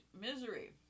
misery